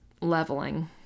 leveling